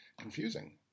confusing